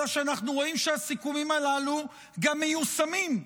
אלא שאנחנו רואים שהסיכומים הללו גם מיושמים.